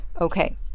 Okay